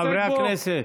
חברי הכנסת.